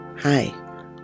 Hi